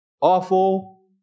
awful